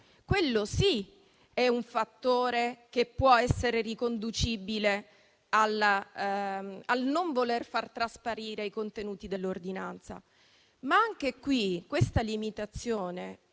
Quello, sì, è un fattore che può essere riconducibile al non voler far trasparire i contenuti dell'ordinanza. Anche qui, però, diciamoci